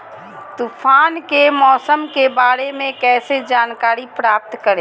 तूफान के मौसम के बारे में कैसे जानकारी प्राप्त करें?